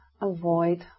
avoid